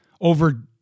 over